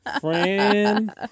Friend